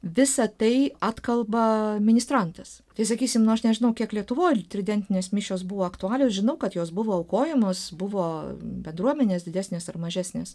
visa tai atkalba ministrantas tai sakysim nu aš nežinau kiek lietuvoj tridentinės mišios buvo aktualios žinau kad jos buvo aukojamos buvo bendruomenės didesnės ar mažesnės